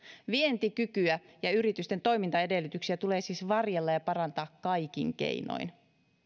vientikykyä ja yritysten toimintaedellytyksiä tulee siis varjella ja parantaa kaikin keinoin